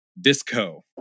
disco